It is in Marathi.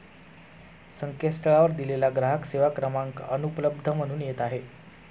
संकेतस्थळावर दिलेला ग्राहक सेवा क्रमांक अनुपलब्ध म्हणून येत आहे